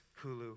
Hulu